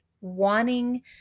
wanting